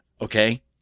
Okay